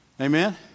Amen